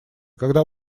когда